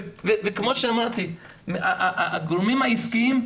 וכמו שאמרתי, הגורמים העסקיים,